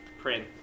print